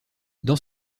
dans